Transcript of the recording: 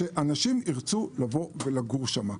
כדי שאנשים ירצו לבוא ולגור שם.